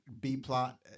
B-plot